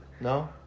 No